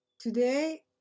Today